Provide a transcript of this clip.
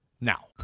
now